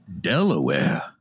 Delaware